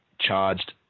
charged